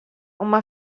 uma